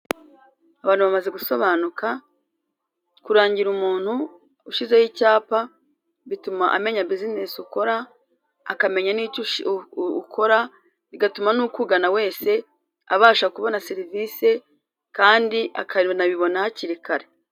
Ahantu bamaze gusobanuka, kurangira umuntu ushyizeho icyapa bituma amenya bizinesi ukora, akamenya n'icyo ushi ukora bigatuma n'ukugana wese abasha kubona serivise Kandi akanabibona hakiri Kare.